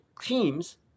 teams